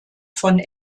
von